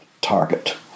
target